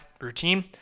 routine